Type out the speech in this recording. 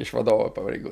iš vadovo pareigų